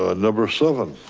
ah number seven.